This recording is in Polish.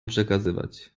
przekazywać